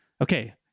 Okay